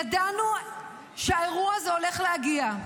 ידענו שהאירוע הזה הולך להגיע.